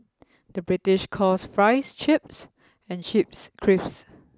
the British calls fries chips and chips crisps